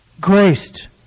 Graced